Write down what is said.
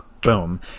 Boom